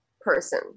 person